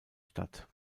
stadt